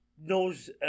knows